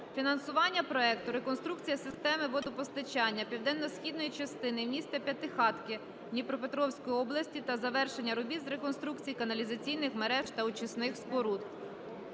фінансування проекту "Реконструкція системи водопостачання південно-східної частини міста П'ятихатки Дніпропетровської області та завершення робіт з реконструкцій каналізаційних мереж та очисних споруд.